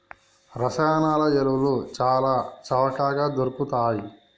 రసాయన ఎరువులు చాల చవకగ దొరుకుతయ్